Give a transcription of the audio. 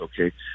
okay